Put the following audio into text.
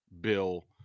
bill